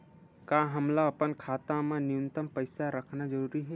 का हमला अपन खाता मा न्यूनतम पईसा रखना जरूरी हे?